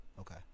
Okay